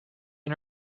and